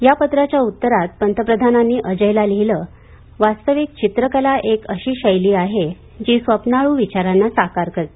या पत्राच्या उत्तरात पंतप्रधानांनी अजयला लिहिलं वास्तविक चित्रकला एक अशी शैली आहे जी स्वप्नाळू विचारांना साकार करते